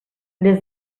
des